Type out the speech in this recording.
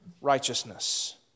righteousness